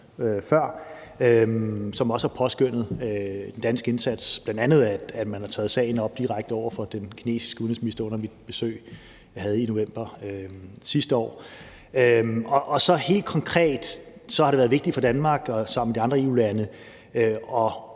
som også har påskønnet den danske indsats, bl.a. at vi har taget sagen op direkte over for den kinesiske udenrigsminister under mit besøg i november sidste år. Det tror jeg også jeg nævnte før. Og så har det helt konkret været vigtigt for Danmark sammen med de andre EU-lande